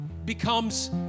becomes